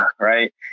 right